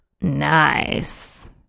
nice